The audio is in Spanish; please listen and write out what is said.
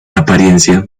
apariencia